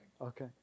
Okay